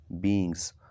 beings